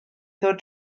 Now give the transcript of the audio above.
ddod